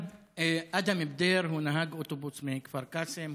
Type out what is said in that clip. אדהם בדיר הוא נהג אוטובוס מכפר קאסם.